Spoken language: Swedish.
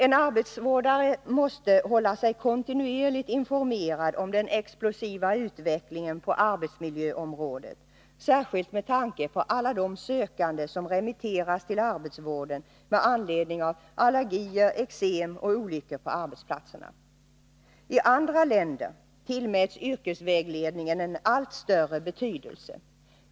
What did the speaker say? En arbetsvårdare måste hålla sig kontinuerligt informerad om den explosiva utvecklingen på arbetsmiljöområdet, särskilt med tanke på alla de sökande som remitteras till arbetsvården med anledning av allergier, eksem och olyckor på arbetsplatserna. I andra länder tillmäts yrkesvägledningen en allt större betydelse.